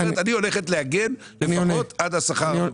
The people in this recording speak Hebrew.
היא אומרת אני הולכת להגן לפחות עד השכר הממוצע.